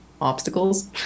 obstacles